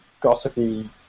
gossipy